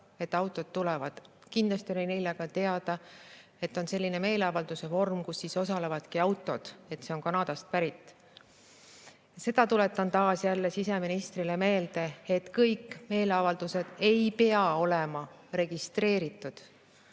et autod tulevad. Kindlasti oli neile ka teada, et on selline meeleavalduse vorm, kus osalevadki autod. See on Kanadast pärit. Seda tuletan taas jälle siseministrile meelde, et kõik meeleavaldused ei pea olema registreeritud,